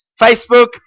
Facebook